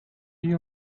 you